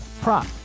prop